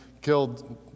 killed